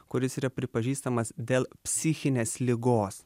kuris yra pripažįstamas dėl psichinės ligos